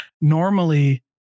normally